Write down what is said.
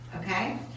okay